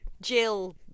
Jill